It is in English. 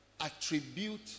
attribute